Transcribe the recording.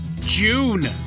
June